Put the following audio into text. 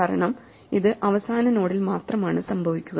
കാരണം അത് അവസാന നോഡിൽ മാത്രമാണ് സംഭവിക്കുക